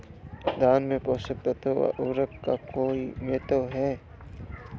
धान में पोषक तत्वों व उर्वरक का कोई महत्व है?